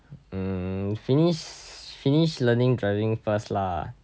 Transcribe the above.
mm finish finish learning driving first lah